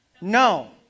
No